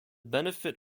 benefit